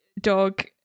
dog